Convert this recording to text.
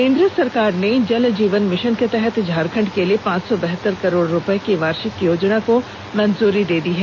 केंद्र सरकार ने जल जीवन मिशन के तहत झारखंड के लिए पांच सौ बहतर करोड़ रुपए की वार्षिक योजना को मंजूरी दे दी है